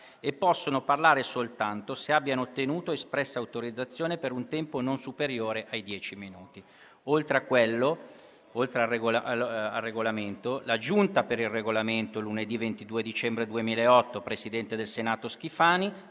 e possono parlare soltanto se abbiano ottenuto espressa autorizzazione e per un tempo non superiore ai dieci minuti». Oltre alla lettera del Regolamento, così la Giunta per il Regolamento, lunedì 22 dicembre 2008, presidente del Senato Schifani,